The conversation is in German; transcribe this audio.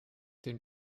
den